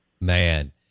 Man